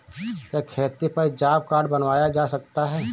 क्या खेती पर जॉब कार्ड बनवाया जा सकता है?